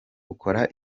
ukora